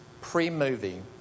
pre-movie